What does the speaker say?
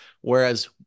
whereas